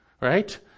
Right